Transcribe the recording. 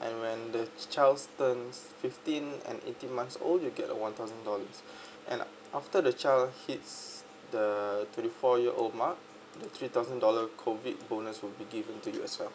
and when the child turns fifteen and eighteen months old you'll get a one thousand dollars and after the child hits the twenty four year old mark the three thousand dollar COVID bonus will be given to you as well